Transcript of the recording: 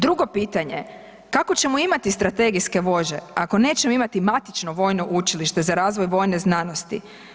Drugo pitanje, kako ćemo imati strategijske vođe ako nećemo imati matično vojno učilište za razvoj vojne znanosti?